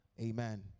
Amen